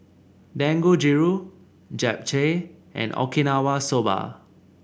Dangojiru Japchae and Okinawa Soba